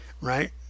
right